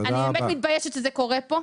אני באמת מתביישת שזה קורה פה,